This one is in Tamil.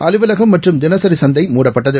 அலுலவகம் மற்றும் தினசிசந்தை மூடப்பட்டது